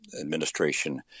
administration